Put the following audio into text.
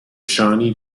shawnee